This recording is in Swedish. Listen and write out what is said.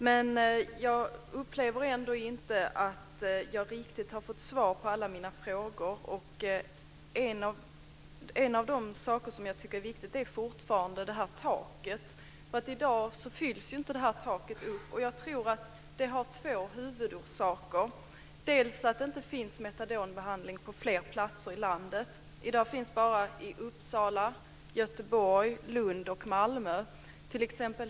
Men jag upplever ändå inte att jag riktigt har fått svar på alla mina frågor. En av de saker som jag tycker är viktig är fortfarande taket. I dag fylls inte utrymmet till taket upp, och jag tror att det har två huvudorsaker. Den ena är att det inte finns metadonbehandling på fler platser i landet. I dag finns den bara i Uppsala, Göteborg, Lund och Malmö.